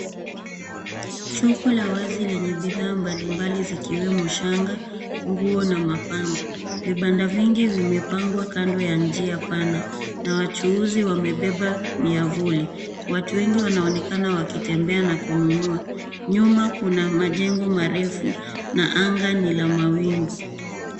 Soko la wazi lenye bidhaa mbalimbali zikiwemo shanga, nguo na mapambo. Vibanda vingi vimepangwa kando ya njia pana na wachuuzi wamebeba miavuli. Watu wengi wanaonekana wakitembea na kununua. Nyuma kuna majengo marefu na anga ni la mawingu.